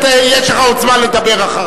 חבר הכנסת, יש לך עוד זמן לדבר אחריו.